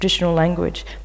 language